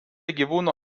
gyvūnų